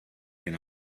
can